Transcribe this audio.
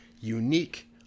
unique